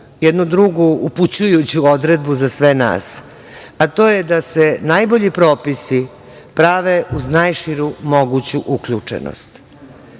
jednu drugu upućujuću odredbu za sve nas, a to je da najbolji propisi prave uz najširu moguću uključenost. Znači,